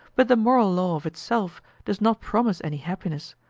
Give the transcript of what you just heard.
but the moral law of itself does not promise any happiness,